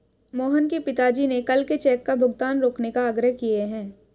मोहन के पिताजी ने कल के चेक का भुगतान रोकने का आग्रह किए हैं